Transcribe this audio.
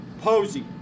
Posey